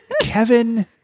Kevin